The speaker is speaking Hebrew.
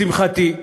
לשמחתי,